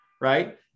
right